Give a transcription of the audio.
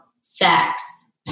sex